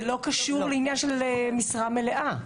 זה לא קשור למשרה מלאה.